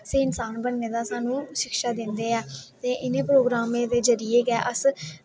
स्हेई इंसान बनने दा साह्नू शिक्षा दिंदे ऐ ते इनें प्रोग्रामें दे जरिये गै अस